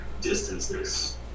distances